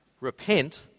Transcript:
repent